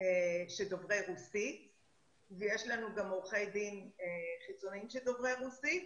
שדוברים רוסית ויש לנו גם עורכי דין חיצוניים שדוברים רוסית,